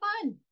fun